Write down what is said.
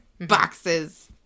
boxes